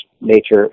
nature